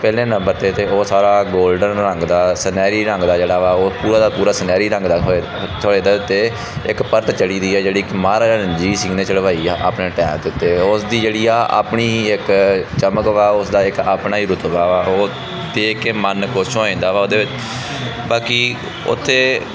ਪਹਿਲੇ ਨੰਬਰ 'ਤੇ ਅਤੇ ਉਹ ਸਾਰਾ ਗੋਲਡਨ ਰੰਗ ਦਾ ਸੁਨਹਿਰੀ ਰੰਗ ਦਾ ਜਿਹੜਾ ਵਾ ਪੂਰੇ ਦਾ ਪੂਰੇ ਸੁਨਹਿਰੀ ਰੰਗ ਦਾ ਹੋਏ ਹੋਏ 'ਤੇ ਇੱਕ ਪਰਤ ਚੜ੍ਹੀ ਦੀ ਹੈ ਜਿਹੜੀ ਕਿ ਮਹਾਰਾਜਾ ਰਣਜੀਤ ਸਿੰਘ ਨੇ ਚੜ੍ਹਵਾਈ ਆ ਆਪਣੇ ਟੈਮ ਦੇ ਉੱਤੇ ਉਸ ਦੀ ਜਿਹੜੀ ਆ ਆਪਣੀ ਹੀ ਇੱਕ ਚਮਕ ਵਾ ਉਸ ਦਾ ਇੱਕ ਆਪਣਾ ਹੀ ਰੁਤਬਾ ਵਾ ਉਹ ਦੇਖ ਕੇ ਮਨ ਖੁਸ਼ ਹੋ ਜਾਂਦਾ ਵਾ ਉਹਦੇ ਵਿੱਚ ਬਾਕੀ ਓਥੇ